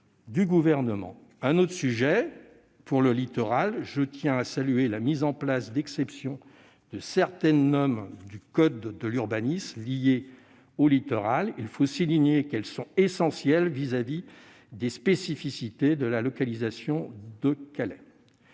Au sujet du littoral, je tiens à saluer la mise en place d'exemptions de certaines normes du code de l'urbanisme liées au littoral. Il faut souligner qu'elles sont essentielles à l'égard des spécificités de la localisation de Calais.